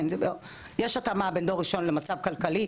יש התאמה בין דור ראשון למצב כלכלי,